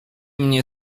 mnie